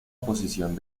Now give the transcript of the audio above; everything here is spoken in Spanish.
posición